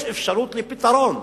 יש אפשרות לפתרון,